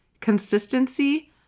consistency